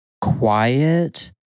quiet